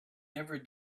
never